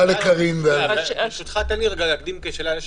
תן לי להקדים כשאלה לשאלה,